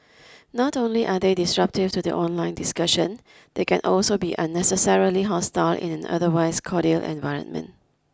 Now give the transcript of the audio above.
not only are they disruptive to the online discussion they can also be unnecessarily hostile in an otherwise cordial environment